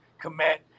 commit